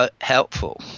helpful